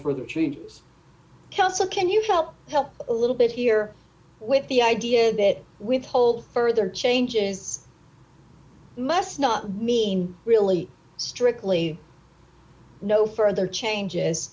further treaties kelso can you tell help a little bit here with the idea that withhold further changes must not mean really strictly no further changes